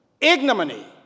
ignominy